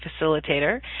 facilitator